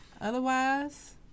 otherwise